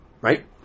right